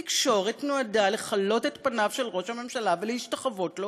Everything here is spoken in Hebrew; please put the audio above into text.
התקשורת נועדה לחלות את פניו של ראש הממשלה ולהשתחוות לו